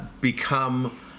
become